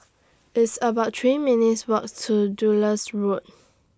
It's about three minutes' Walk to Road